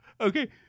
okay